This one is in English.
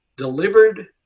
Delivered